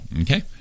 okay